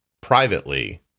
privately